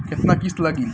केतना किस्त लागी?